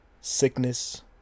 sickness